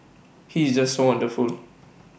he is just wonderful